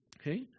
okay